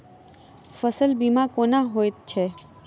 फसल बीमा कोना होइत छै?